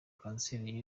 kanseri